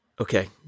Okay